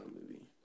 movie